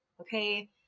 okay